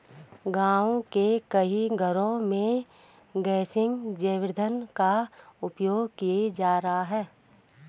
गाँव के कई घरों में गैसीय जैव ईंधन का उपयोग किया जा रहा है